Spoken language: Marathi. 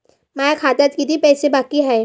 माया खात्यात कितीक पैसे बाकी हाय?